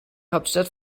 hauptstadt